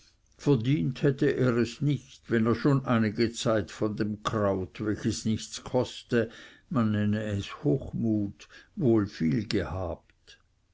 verdient hätte er es nicht wenn er schon einige zeit von dem kraut welches nichts koste man nenne es hochmut wohl viel gehabt